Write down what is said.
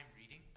reading